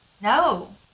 no